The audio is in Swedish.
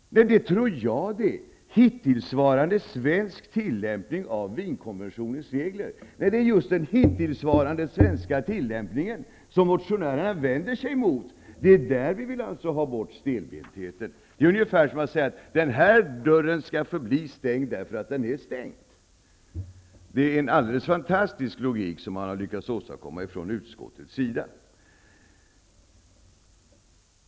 Ja, det tror jag! Men det är just den hittillsvarande svenska tillämpningen av konventionens regler som motionärerna vänder sig emot. Det är där vi vill få bort stelbentheten. Det är ungefär som att säga: Den här dörren skall förbli stängd därför att den är stängd. Det är en alldeles fantastisk logik som man har lyckats åstadkomma från utrikesutskottets sida.